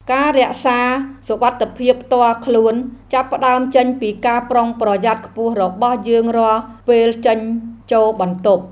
ការរក្សាសុវត្ថិភាពផ្ទាល់ខ្លួនចាប់ផ្តើមចេញពីការប្រុងប្រយ័ត្នខ្ពស់របស់យើងរាល់ពេលចេញចូលបន្ទប់។